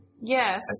Yes